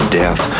death